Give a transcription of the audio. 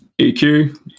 EQ